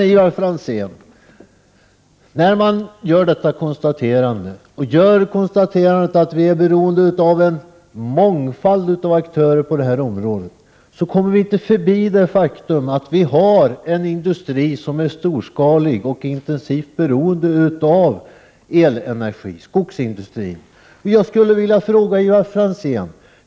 Ivar Franzén, när man gör detta konstaterande och när man gör konstaterandet att vi är beroende av en mångfald av aktörer på detta område, kommer man inte förbi det faktum att vi har en industri som är storskalig och intensivt beroende av elenergi, nämligen skogsindustrin. Jag skulle vilja ställa en fråga till Ivar Franzén.